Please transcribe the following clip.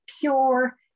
pure